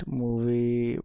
movie